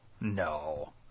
No